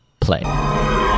play